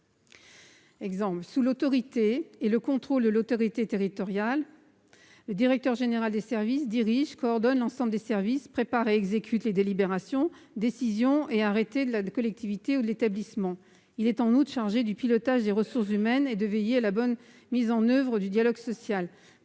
:« Sous l'autorité et le contrôle de l'autorité territoriale, le directeur général des services [...] dirige et coordonne l'ensemble des services, prépare et exécute [...] les délibérations, décisions et arrêtés de la collectivité ou de l'établissement. [...] Il est en outre chargé du pilotage des ressources humaines et de veiller à la bonne mise en oeuvre du dialogue social.